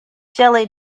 jelly